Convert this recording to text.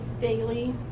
daily